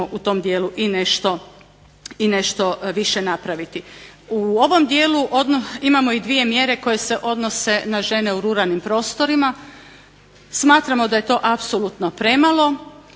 u tom dijelu i nešto više napraviti. U ovom dijelu imamo i dvije mjere koje se odnose na žene u ruralnim prostorima. Smatramo da je to apsolutno premalo,